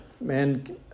man